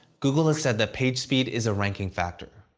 google has said that page speed is a ranking factor.